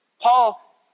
Paul